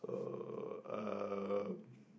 so um